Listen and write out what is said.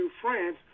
France